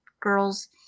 girls